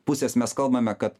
pusės mes kalbame kad